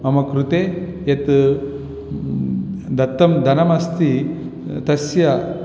मम कृते यत् दत्तं धनमस्ति तस्य